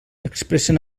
expressen